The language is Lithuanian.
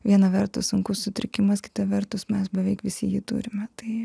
viena vertus sunkus sutrikimas kita vertus mes beveik visi jį turime tai